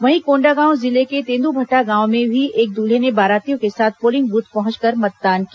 वहीं कोंडागांव जिले के तेंदूभटा गांव में भी एक दूल्हे ने बारातियों के साथ पोलिंग बूथ पहुंचकर मतदान किया